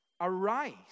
arise